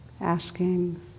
asking